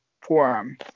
forum